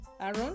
aaron